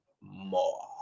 more